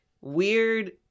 weird